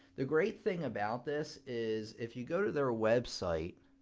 the great thing about this is if you go to their website